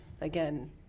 again